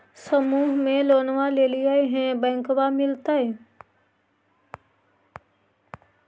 समुह मे लोनवा लेलिऐ है बैंकवा मिलतै?